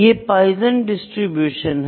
ये poison distribution है